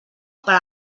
per